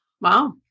Wow